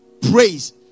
praise